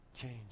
change